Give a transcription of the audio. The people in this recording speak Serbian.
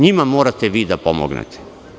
Njima morate vi da pomognete.